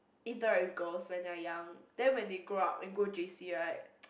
interact with girls when they're young then when they grow up and go J_C right